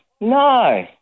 No